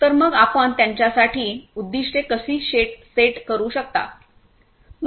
तर मग आपण त्यांच्यासाठी उद्दीष्टे कशी सेट करू शकता